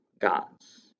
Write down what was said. God's